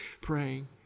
praying